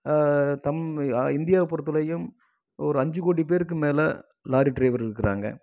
தம் இந்தியாவை பொருத்தளவியும் ஒரு அஞ்சு கோடி பேருக்கு மேல் லாரி டிரைவர் இருக்கிறாங்க